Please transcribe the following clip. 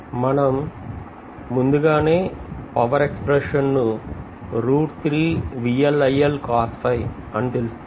మనం ముందుగానే power expression ను √అని తెలుసుకున్నాము